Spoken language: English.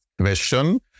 question